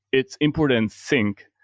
it's import and sync,